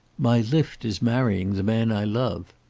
my lift is marrying the man i love.